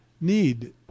need